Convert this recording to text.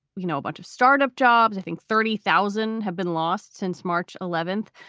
you know, a bunch of startup jobs, i think thirty thousand have been lost since march eleventh.